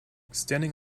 standing